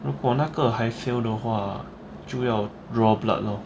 如果那个还 fail 的话就要 draw blood lor